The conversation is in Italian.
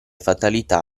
fatalità